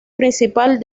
principal